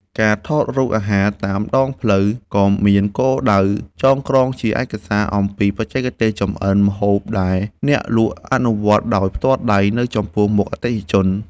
ការថតរូបអាហារតាមដងផ្លូវ ក៏មានគោលដៅចងក្រងជាឯកសារអំពីបច្ចេកទេសចម្អិនម្ហូបដែលអ្នកលក់អនុវត្តដោយផ្ទាល់ដៃនៅចំពោះមុខអតិថិជន។